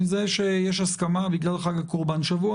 זה שיש הסכמה בגלל חג הקורבן שבוע